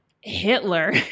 Hitler